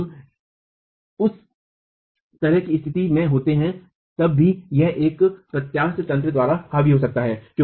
जब हम उस तरह की स्थिति में होते हैं तब भी यह एक प्रत्यास्थ तंत्र द्वारा हावी हो सकता है